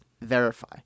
Verify